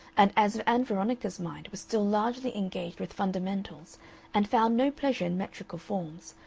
and as ann veronica's mind was still largely engaged with fundamentals and found no pleasure in metrical forms,